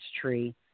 tree